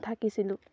থাকিছিলোঁ